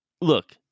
look